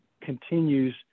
continues